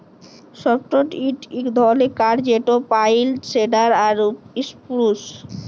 softwood ইক ধরলের কাঠ যেট পাইল, সিডার আর ইসপুরুস